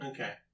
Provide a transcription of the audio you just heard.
Okay